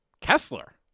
Kessler